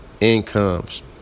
incomes